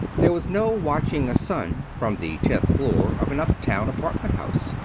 there was no watching a son from the tenth floor of an up-town apartment house.